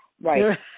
Right